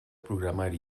programari